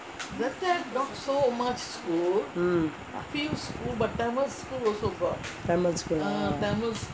mm tamil school ah